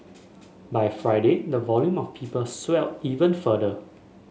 by Friday the volume of people swelled even further